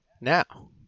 Now